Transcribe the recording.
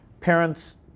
parents